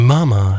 Mama